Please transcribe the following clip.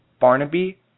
Barnaby